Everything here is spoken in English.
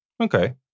Okay